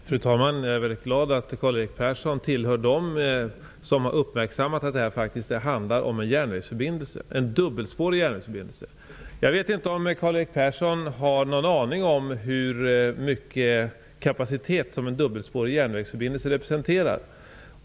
Fru talman! Jag är mycket glad att Karl-Erik Persson tillhör dem som har uppmärksammat att det här faktiskt handlar om en järnvägsförbindelse, en dubbelspårig järnvägsförbindelse. Jag vet inte om Karl-Erik Persson har någon aning om hur stor kapacitet en dubbelspårig järnvägsförbindelse representerar.